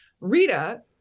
Rita